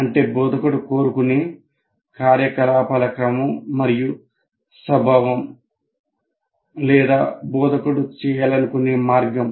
అంటే బోధకుడు కోరుకునే కార్యకలాపాల క్రమం మరియు స్వభావం లేదా బోధకుడు చేయాలనుకునే మార్గం